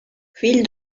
fill